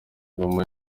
mama